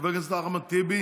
חבר הכנסת אחמד טיבי